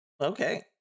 Okay